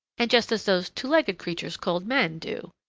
and just as those two-legged creatures called men do.